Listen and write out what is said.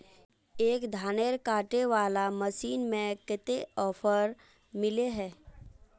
एक धानेर कांटे वाला मशीन में कते ऑफर मिले है?